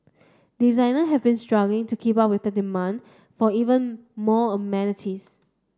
designer have been struggling to keep up with the demand for even more amenities